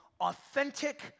authentic